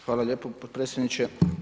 Hvala lijepo potpredsjedniče.